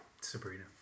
Sabrina